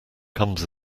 comes